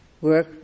work